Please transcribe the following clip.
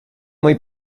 muy